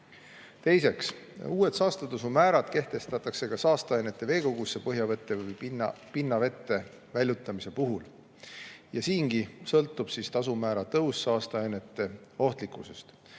Teiseks, uued saastetasumäärad kehtestatakse ka saasteainete veekogusse, põhjavette või pinnavette väljutamise puhul. Siingi sõltub tasumäära tõus saasteainete ohtlikkusest.